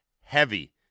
heavy